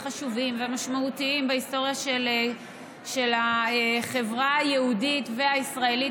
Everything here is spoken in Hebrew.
חשובים ומשמעותיים בהיסטוריה של החברה היהודית והישראלית,